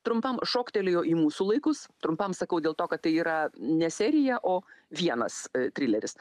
trumpam šoktelėjo į mūsų laikus trumpam sakau dėl to kad tai yra ne serija o vienas trileris